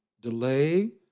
delay